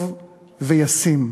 טוב וישים.